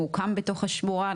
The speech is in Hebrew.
הוא הוקם בתוך השמורה,